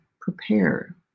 prepare